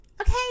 Okay